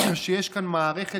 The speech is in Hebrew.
שיש כאן מערכת